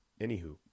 anywho